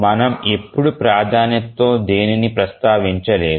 మనము ఎప్పుడూ ప్రాధాన్యతతో దేనినీ ప్రస్తావించలేదు